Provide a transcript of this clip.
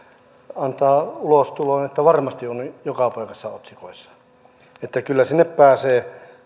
antaa ulostulon että varmasti on joka paikassa otsikoissa että kyllä sinne pääsee